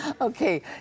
Okay